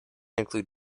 include